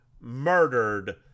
murdered